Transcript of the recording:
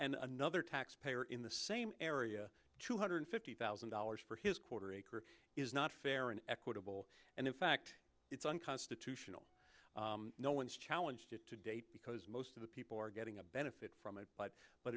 and another taxpayer in the same area two hundred fifty thousand dollars for his quarter acre is not fair and equitable and in fact it's unconstitutional no one challenged it to date because most of the people are getting a benefit from a life but